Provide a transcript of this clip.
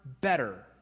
better